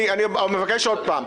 אני מבקש עוד פעם,